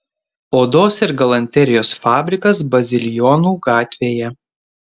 odos ir galanterijos fabrikas bazilijonų gatvėje